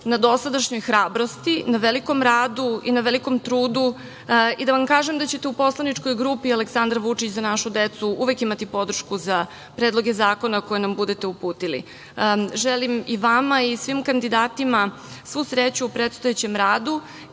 na dosadašnjoj hrabrosti, na velikom radu i na velikom trudu i da vam kažem da ćete u poslaničkoj grupi Aleksandar Vučić – Za našu decu uvek imati podršku za Predloge zakona koje nam budete uputili. Želim i vama i svim kandidatima svu sreću u predstojećem radu